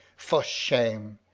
for shame!